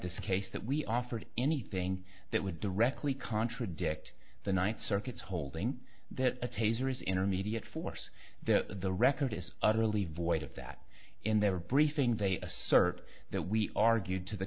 this case that we offered anything that would directly contradict the ninth circuit's holding that a taser is intermediate force the the record is utterly void of that in their briefing they assert that we argued to the